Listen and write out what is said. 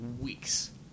Weeks